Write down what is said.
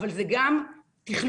אבל זה גם תכלול,